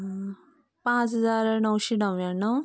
पांच हजार णवशे णव्याणव